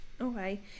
Okay